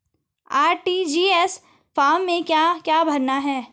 RTGS form में क्या क्या भरना है?